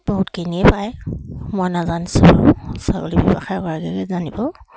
বহুতখিনিয়ে পায় মই নাজানিছোঁ আৰু ছাগলী ব্যৱসায় কৰকে জানিব